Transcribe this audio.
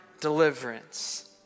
deliverance